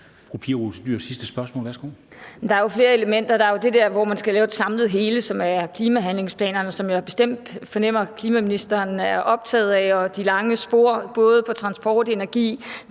Der er jo flere elementer. Der er jo det der, hvor man skal lave et samlet hele, som er klimahandlingsplanerne, som jeg bestemt fornemmer at klimaministeren er optaget af, og de lange spor for både transport, energi,